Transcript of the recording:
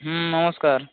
হুম নমস্কার